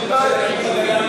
מדירה את יהודה ושומרון,